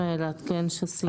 בבקשה.